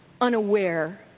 Unaware